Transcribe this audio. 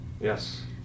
Yes